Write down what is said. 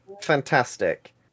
fantastic